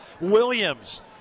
Williams